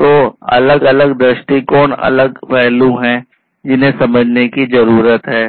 तो अलग अलगदृष्टिकोण अलग पहलु हैं जिन्हें समझने की जरूरत है